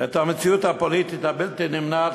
את המציאות הפוליטית הבלתי-נמנעת,